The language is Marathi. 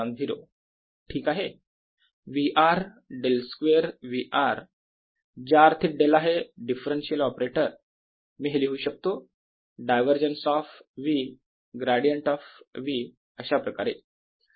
V r del square V r ज्याअर्थी डेल आहे डिफरन्शियल ऑपरेटर मी हे लिहू शकतो divergence of V gradient of V अशाप्रकारे